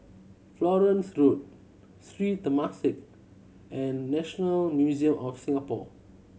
Florence Road Sri Temasek and National Museum of Singapore